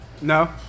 No